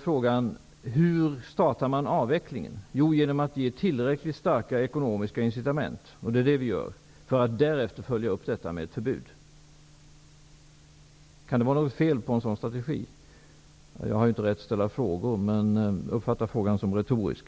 Frågan är: Hur startar man avvecklingen? Jo, genom att man ger tillräckligt starka ekonomiska incitament. Det gör vi, och sedan skall detta följas upp med ett förbud. Kan det vara något fel på en sådan strategi? Jag har inte rätt att ställa frågor, men uppfatta frågan som retorisk.